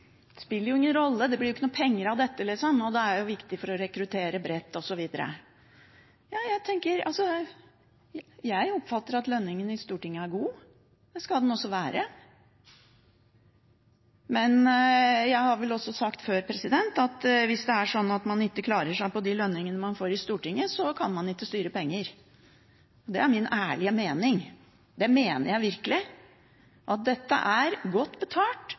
det spiller jo ingen rolle, det blir ikke noen penger av dette, og det er jo viktig for å rekruttere bredt, osv. Jeg oppfatter at lønningen i Stortinget er god. Det skal den også være. Men jeg har vel også sagt før at hvis det er sånn at man ikke klarer seg på de lønningene man får i Stortinget, så kan man ikke styre penger. Det er min ærlige mening. Det mener jeg virkelig, at dette er godt betalt